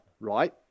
right